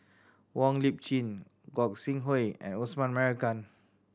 Wong Lip Chin Gog Sing Hooi and Osman Merican